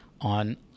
on